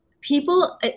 people